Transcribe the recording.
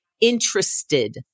interested